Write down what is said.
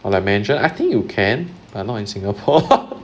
or like mansion I think you can but not in singapore